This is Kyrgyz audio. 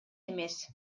эмес